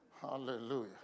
Hallelujah